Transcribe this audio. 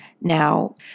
Now